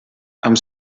amb